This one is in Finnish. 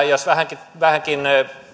jos vähänkin vähänkin